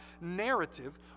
narrative